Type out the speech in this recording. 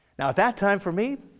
now at that time for me,